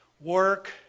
work